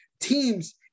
teams